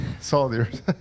soldiers